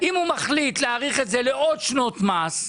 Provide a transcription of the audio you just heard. אם הוא מחליט להאריך את זה לעוד שנות מס,